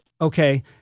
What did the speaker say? Okay